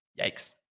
Yikes